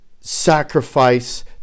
sacrifice